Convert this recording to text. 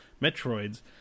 Metroids